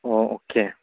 ꯑꯣ ꯑꯣꯀꯦ